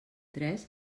tres